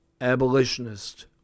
abolitionist